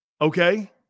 Okay